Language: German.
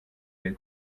den